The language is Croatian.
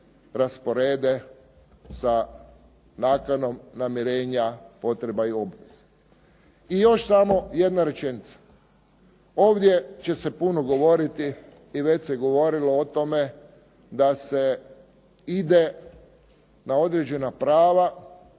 rasporede sa nakanom namirenja potreba i obveza. I još samo jedna rečenica. Ovdje će se puno govoriti i već se govorilo o tome da se ide na određena prava